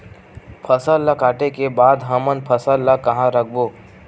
फसल ला काटे के बाद हमन फसल ल कहां रखबो?